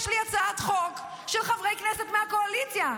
יש לי הצעת חוק של חברי כנסת מהקואליציה.